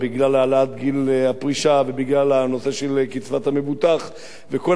בגלל העלאת גיל הפרישה ובגלל הנושא של קצבת המבוטח וכל